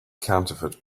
counterfeit